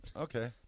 Okay